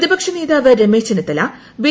പ്രതിപക്ഷ നേതാവ് രമേശ് ചെന്നിത്തിക്കു ബി